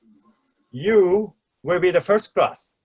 you will be the first class